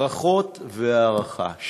ברכות והערכה.